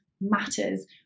matters